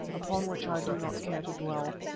upon which i do not care to dwell.